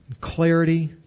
clarity